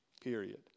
period